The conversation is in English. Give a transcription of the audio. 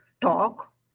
talk